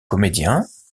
comédiens